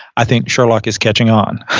i think sherlock is catching on.